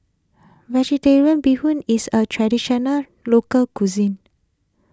Vegetarian Bee Hoon is a Traditional Local Cuisine